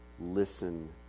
listen